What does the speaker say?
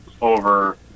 over